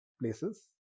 places